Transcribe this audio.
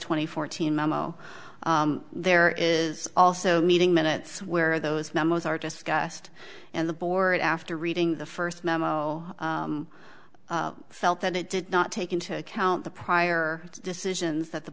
twenty fourth memo there is also meeting minutes where those memos are discussed and the board after reading the first memo felt that it did not take into account the prior decisions that the